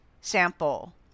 sample